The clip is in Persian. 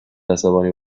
عصبانی